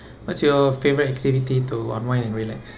what's your favourite activity to unwind and relax